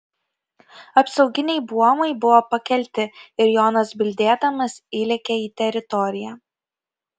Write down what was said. apsauginiai buomai buvo pakelti ir jonas bildėdamas įlėkė į teritoriją